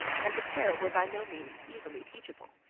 and the pair were by no means easily teachable.